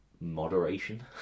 moderation